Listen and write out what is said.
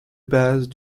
base